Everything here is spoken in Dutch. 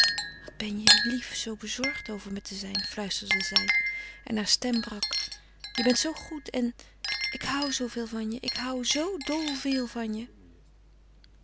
wat ben je lief zoo bezorgd over me te zijn fluisterde zij en hare stem brak je bent zoo goed en ik hou zooveel van je ik hou zoo dol veel van je